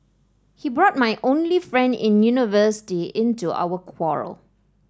he brought my only friend in university into our quarrel